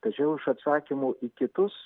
tačiau iš atsakymų į kitus